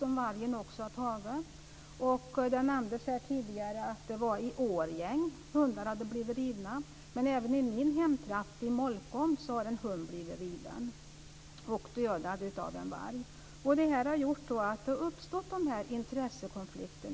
Vargen har också tagit får. Det sades här tidigare att hundar i Årjäng hade blivit rivna, men även i min hemtrakt, i Molkom, har en hund blivit riven och dödad av en varg. Detta har gjort att det har uppstått intressekonflikter